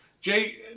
Jay